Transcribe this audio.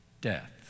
death